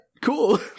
cool